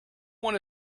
one